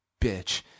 bitch